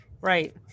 right